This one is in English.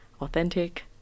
authentic